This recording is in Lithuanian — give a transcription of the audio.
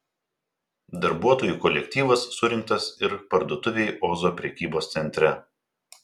darbuotojų kolektyvas surinktas ir parduotuvei ozo prekybos centre